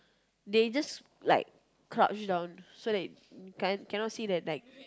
they just like crouch down so that can't cannot see that like